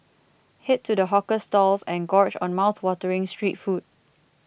head to the hawker stalls and gorge on mouthwatering street food